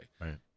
Right